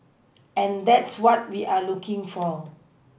and that's what we are looking for